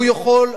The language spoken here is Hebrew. והוא יכול,